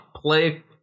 Play